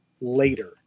later